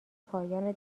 پایان